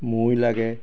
মৈ লাগে